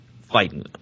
fighting